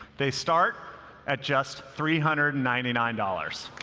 they start at just three hundred and ninety nine dollars.